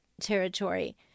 territory